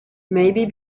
maybe